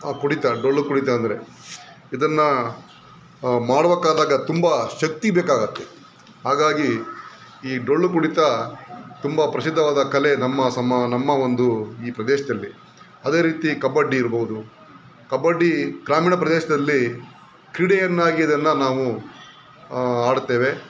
ಕುಣಿತ ಡೊಳ್ಳು ಕುಣಿತ ಅಂದರೆ ಇದನ್ನು ಮಾಡುವಕಾದಾಗ ತುಂಬ ಶಕ್ತಿ ಬೇಕಾಗತ್ತೆ ಹಾಗಾಗಿ ಈ ಡೊಳ್ಳು ಕುಣಿತ ತುಂಬ ಪ್ರಸಿದ್ಧವಾದ ಕಲೆ ನಮ್ಮ ಸಮ ನಮ್ಮಒಂದು ಈ ಪ್ರದೇಶದಲ್ಲಿ ಅದೇ ರೀತಿ ಕಬಡ್ಡಿ ಇರಬಹುದು ಕಬಡ್ಡಿ ಗ್ರಾಮೀಣ ಪ್ರದೇಶದಲ್ಲಿ ಕ್ರೀಡೆಯನ್ನಾಗಿ ಇದನ್ನು ನಾವು ಆಡ್ತೇವೆ